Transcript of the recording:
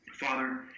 Father